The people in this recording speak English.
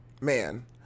man